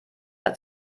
hat